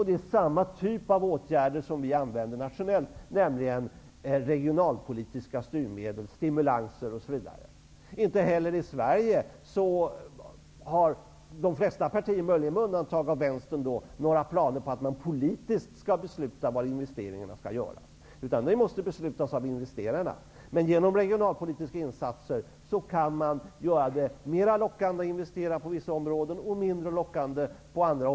Det är samma typ av åtgärder som vi använder nationellt, nämligen regionalpolitiska styrmedel, stimulanser osv. Inte heller i Sverige har de politiska partierna -- möjligen med undantag av Vänstern -- planer på att man politiskt skall besluta var investeringarna skall göras. Det måste beslutas av investerarna. Med regionalpolitiska insatser kan man göra det mera lockande att investera på vissa områden och mindre lockande på andra.